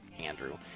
Andrew